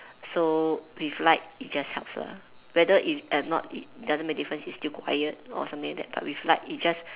so with light it just helps lah whether it's at night it doesn't make a difference it's still quiet or something like that but with light it just